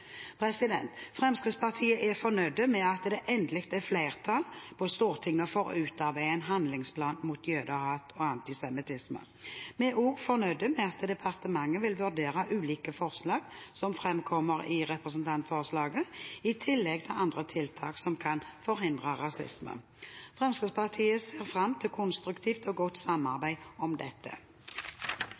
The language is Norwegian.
etter. Fremskrittspartiet er fornøyd med at det endelig er flertall på Stortinget for å utarbeide en handlingsplan mot jødehat og antisemittisme. Vi er også fornøyd med at departementet vil vurdere ulike forslag som framkommer i representantforslaget, i tillegg til andre tiltak som kan forhindre rasisme. Fremskrittspartiet ser fram til konstruktivt og godt samarbeid om dette.